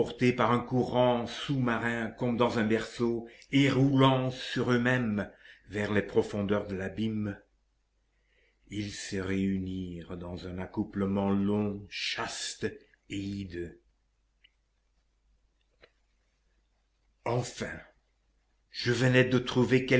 par un courant sous-marin comme dans un berceau et roulant sur eux-mêmes vers les profondeurs de l'abîme ils se réunirent dans un accouplement long chaste et hideux enfin je venais de trouver